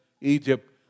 Egypt